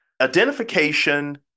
identification